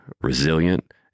resilient